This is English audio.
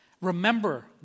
Remember